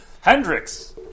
Hendrix